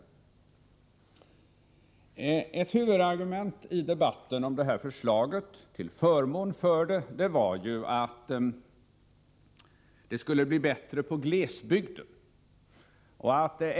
Ett huvudargument i debatten till förmån för detta förslag var att det skulle bli bättre i glesbygden.